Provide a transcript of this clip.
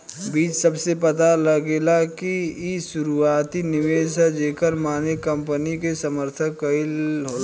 बीज शब्द से पता लागेला कि इ शुरुआती निवेश ह जेकर माने कंपनी के समर्थन कईल होला